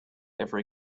every